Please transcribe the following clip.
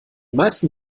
meisten